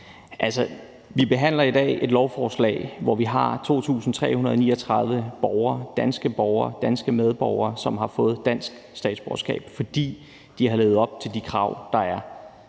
Vi behandler i dag et lovforslag, hvor vi har 2.339 borgere, danske borgere, danske medborgere, som har fået dansk statsborgerskab, fordi de har levet op til de krav, der er.